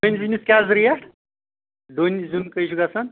ڈوٗنۍ زِنِس کیٛاہ حظ ریٹ ڈوٗنۍ زِیُن کٔہۍ چھُ گژھان